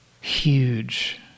Huge